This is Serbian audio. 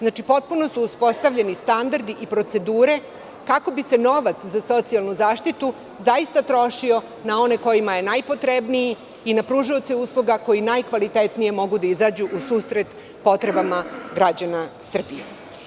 Znači, potpuno su uspostavljeni standardi i procedure kako bi se novac za socijalnu zaštitu zaista trošio na one kojima je najpotrebniji i na pružaoce usluga koji najkvalitetnije mogu da izađu u susret potrebama građana Srbije.